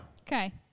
Okay